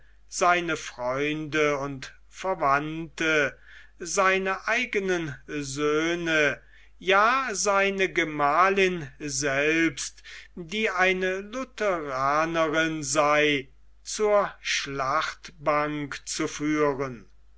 seine freunde und verwandten seine eigenen söhne ja seine gemahlin selbst die eine lutheranerin sei zur schlachtbank zu führen